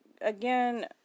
again